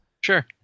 Sure